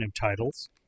titles